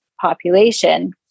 population